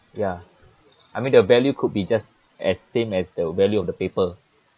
ya I mean the value could be just as same as the value of the paper